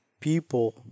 people